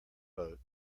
boat